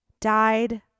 died